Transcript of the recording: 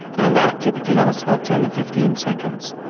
and that typically lasts about ten to fifteen seconds.